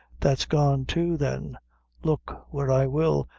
that's gone too, then look where i will,